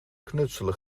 knutselen